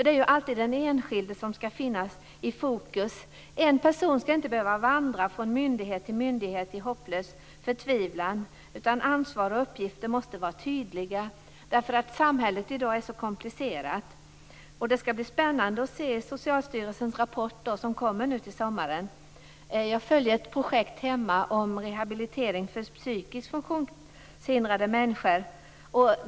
Det är alltid den enskilde som skall finnas i fokus. En person skall inte behöva vandra från myndighet till myndighet i en hopplös förtvivlan, utan ansvar och uppgifter måste vara tydliga därför att samhället i dag är så komplicerat. Det skall bli spännande att se Socialstyrelsens rapport som kommer till sommaren. Jag följer ett projekt hemma om rehabilitering för psykiskt funktionshindrade människor.